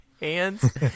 hands